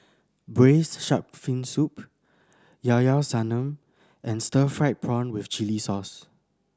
Braised Shark Fin Soup Llao Llao Sanum and stir fried prawn with chili sauce